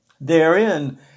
Therein